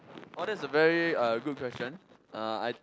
oh that's a very uh good question uh I